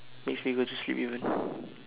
makes me go to sleep even